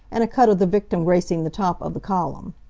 and a cut of the victim gracing the top of the column.